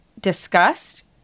discussed